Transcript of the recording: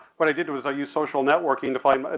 what i did was i used social networking to find, ah